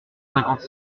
cinquante